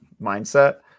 mindset